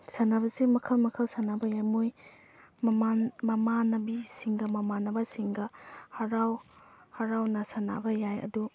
ꯁꯥꯟꯅꯕꯁꯤ ꯃꯈꯜ ꯃꯈꯜ ꯁꯥꯟꯅꯕ ꯌꯥꯏ ꯃꯣꯏ ꯃꯃꯥꯟꯅꯕꯤꯁꯤꯡꯒ ꯃꯃꯥꯟꯅꯕꯁꯤꯡꯒ ꯍꯔꯥꯎ ꯍꯔꯥꯎꯅ ꯁꯥꯟꯅꯕ ꯌꯥꯏ ꯑꯗꯨ